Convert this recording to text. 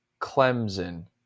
Clemson